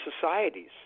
societies